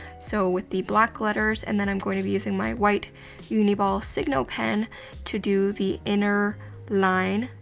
so, with the black letters, and then i'm going to be using my white yeah uni-ball signo pen to do the inner line,